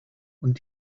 und